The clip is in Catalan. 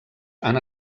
han